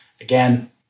again